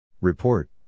Report